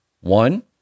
One